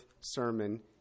sermon